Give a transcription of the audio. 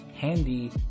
Handy